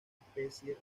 especie